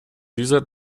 dieser